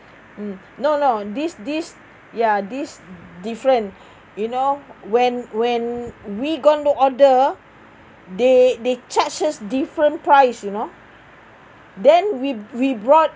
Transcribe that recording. mm no no this this ya this different you know when when we going to order they they charge us different price you know then we we brought